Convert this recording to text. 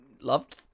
loved